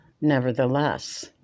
Nevertheless